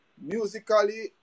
Musically